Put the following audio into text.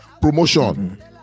promotion